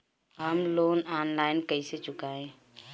हम loan online कइसे चुकाई?